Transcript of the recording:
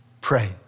pray